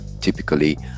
typically